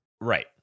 Right